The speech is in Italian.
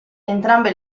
entrambe